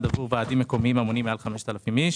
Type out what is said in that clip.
עבור ועדים מקומיים המונים מעל 5,000 איש.